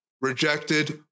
rejected